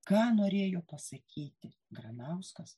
ką norėjo pasakyti granauskas